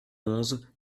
onze